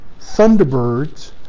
thunderbirds